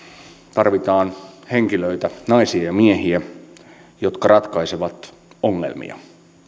tarvitaan henkilöitä naisia ja miehiä jotka ratkaisevat ongelmia